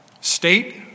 state